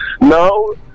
no